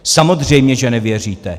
Samozřejmě že nevěříte.